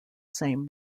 same